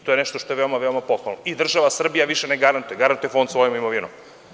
To je nešto što je veoma pohvalno i država Srbija više ne garantuje, garantuje Fond svojom imovinom.